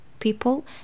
People